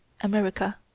America